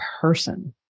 person